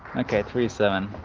okay, three seven.